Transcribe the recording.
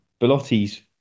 Bellotti's